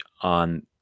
on